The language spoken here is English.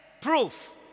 Proof